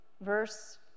verse